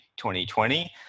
2020